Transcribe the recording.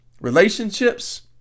Relationships